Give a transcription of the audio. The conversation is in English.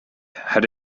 had